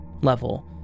level